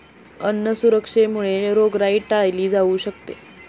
अन्न सुरक्षेमुळे रोगराई टाळली जाऊ शकते